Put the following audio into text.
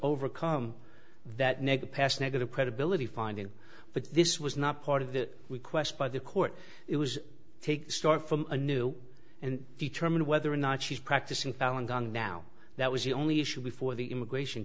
overcome that neg pass negative credibility finding but this was not part of the request by the court it was take start from a new and determine whether or not she's practicing falun gong now that was the only issue before the immigration